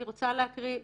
אני רוצה להקריא,